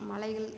மலைகள்